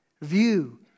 view